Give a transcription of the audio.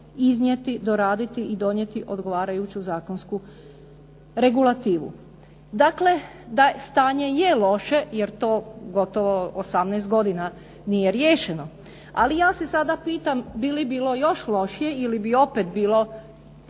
iznijeti, doraditi i donijeti odgovarajuću zakonsku regulativu. Dakle, stanje je loše jer to gotovo 18 godina nije riješeno, ali ja se sada pitam bi li bilo još lošije ili bi opet bilo